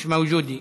מיש מווג'ודה,